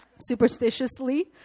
Superstitiously